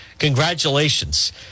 Congratulations